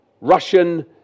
Russian